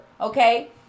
Okay